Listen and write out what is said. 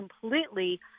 completely